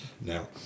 Now